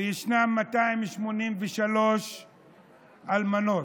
וישנן 283 אלמנות.